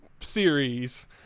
Series